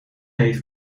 heeft